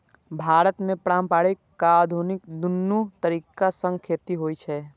भारत मे पारंपरिक आ आधुनिक, दुनू तरीका सं खेती होइ छै